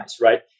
right